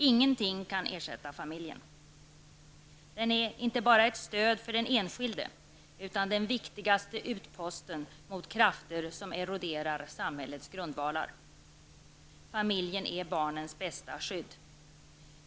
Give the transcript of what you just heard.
Ingenting kan ersätta familjen. Den är inte bara ett stöd för den den enskilde, utan den viktigaste utposten mot krafter som eroderar samhällets grundvalar. Familjen är barnens bästa skydd.